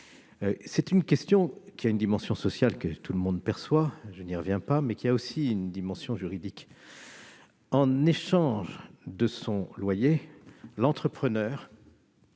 C'est une question qui a une dimension sociale que tout le monde perçoit- je n'y reviens pas -, mais qui a aussi une dimension juridique. En échange de son loyer, l'entrepreneur